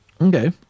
Okay